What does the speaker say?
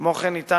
כמו כן, ניתן